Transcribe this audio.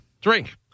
Drink